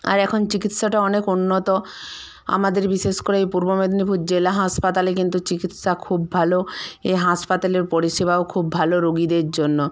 আর এখন চিকিৎসাটাও অনেক উন্নত আমাদের বিশেষ করে এই পূর্ব মেদিনীপুর জেলা হাঁসপাতালে কিন্তু চিকিৎসা খুব ভালো এ হাঁসপাতালের পরিষেবাও খুব ভালো রোগীদের জন্য